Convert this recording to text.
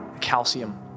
calcium